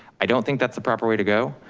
i don't think that's the proper way to go.